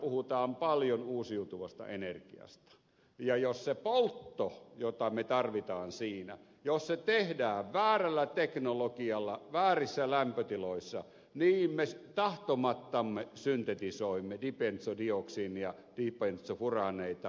lähiviikkoina puhutaan paljon uusiutuvasta energiasta ja jos se poltto jota me tarvitsemme siinä tehdään väärällä teknologialla väärissä lämpötiloissa niin me tahtomattamme syntetisoimme dibentsodioksiinia dibentsofuraaneita